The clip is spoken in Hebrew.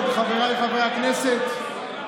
חבריי חברי הכנסת,